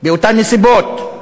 באותן נסיבות.